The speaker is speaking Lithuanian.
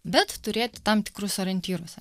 bet turėti tam tikrus orientyrus